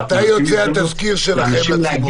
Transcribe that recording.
אנחנו נותנים הזדמנות לאנשים להגיב.